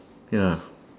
ya